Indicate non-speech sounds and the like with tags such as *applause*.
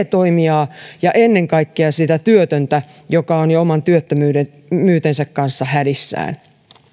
*unintelligible* toimijaa ja ennen kaikkea sitä työtöntä joka on jo oman työttömyytensä kanssa hädissään